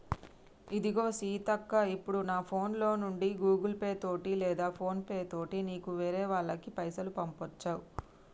ఇదిగో సీతక్క ఇప్పుడు నా ఫోన్ లో నుండి గూగుల్ పే తోటి లేదా ఫోన్ పే తోటి నీకు వేరే వాళ్ళకి పైసలు పంపొచ్చు